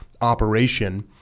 operation